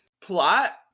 plot